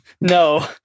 No